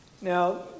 Now